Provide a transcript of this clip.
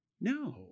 No